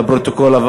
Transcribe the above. לפרוטוקול,